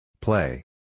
Play